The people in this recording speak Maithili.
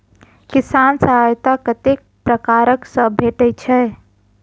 किसान सहायता कतेक पारकर सऽ भेटय छै?